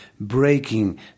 breaking